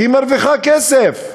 כי היא מרוויחה כסף,